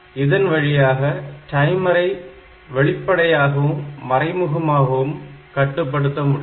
இதன் வழியாக டைமரை வெளிப்படையாகவும் மறைமுகமாகவும் கட்டுப்படுத்த முடியும்